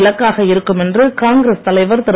இலக்காக இருக்கும் என்று காங்கிரஸ் தலைவர் திரு